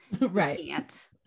Right